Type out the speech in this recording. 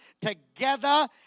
together